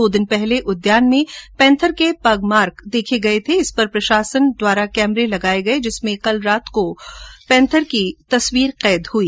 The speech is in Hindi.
दो दिन पहले उद्यान में पैंथर के पगमार्क देखे गये थे इस पर उद्यान प्रशासन द्वारा कैमरे लगाये गये जिनमें कल रात को पैंथर की तस्वीर कैद हुई